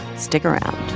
stick around